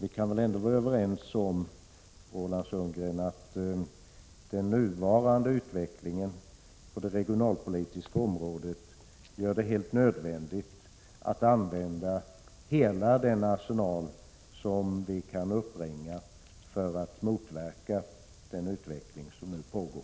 Vi kan väl vara överens om att den nuvarande utvecklingen på det regionalpolitiska området gör det helt nödvändigt att använda hela den arsenal som vi kan uppbringa för att motverka den utveckling som nu pågår.